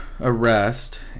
arrest